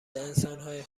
انسانهای